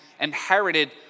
inherited